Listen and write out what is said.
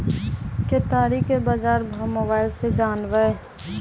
केताड़ी के बाजार भाव मोबाइल से जानवे?